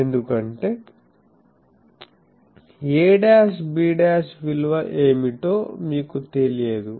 ఎందుకంటే a'b' విలువ ఏమిటో మీకు తెలియదు